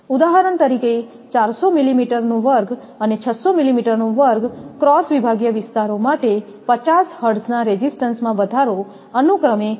ઉદાહરણ તરીકે 400 millimeter 2 અને 600 millimeter2 ક્રોસ વિભાગીય વિસ્તારો માટે 50 હર્ટ્ઝના રેઝિસ્ટન્સમાં વધારો અનુક્રમે લગભગ 3